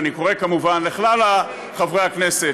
ואני קורא כמובן לכלל חברי הכנסת,